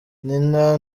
nina